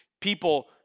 people